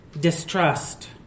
distrust